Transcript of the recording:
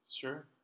Sure